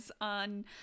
on